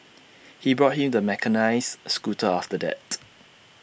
he bought him the mechanised scooter after that